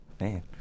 Man